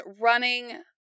running